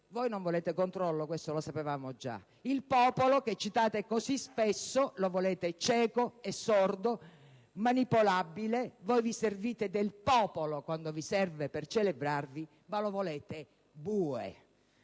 Voi non volete controllo (ma questo lo sapevamo già): il popolo che citate così spesso lo volete cieco e sordo, manipolabile. Voi vi servite del popolo quando vi serve per celebrarvi, ma lo volete bue.